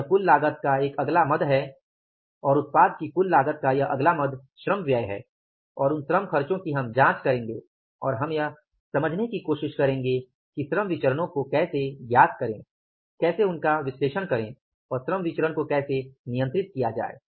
तो यह कुल लागत का एक अगला मद है और उत्पाद की कुल लागत का यह अगला मद श्रम व्यय है और उन श्रम खर्चों की हम जांच करेंगे और हम यह समझने की कोशिश करेंगे कि श्रम विचरणो को कैसे ज्ञात करे कैसे उनका विश्लेषण करें और श्रम विचरण को कैसे नियंत्रित किया जाए